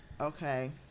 Okay